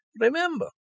Remember